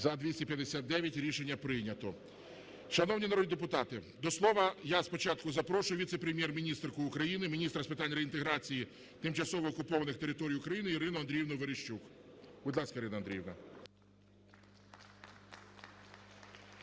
За-259 Рішення прийнято. Шановні народні депутати, до слова я спочатку запрошую віце-прем'єр-міністра України - міністра з питань реінтеграції тимчасово окупованих територій України Ірину Андріївну Верещук. Будь ласка, Ірино Андріївно.